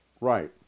Right